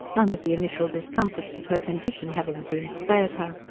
none of the initial discomforts of her condition having been spared her.